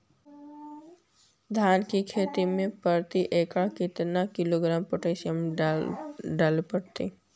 धान की खेती में प्रति एकड़ केतना किलोग्राम पोटास डाले पड़तई?